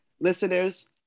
Listeners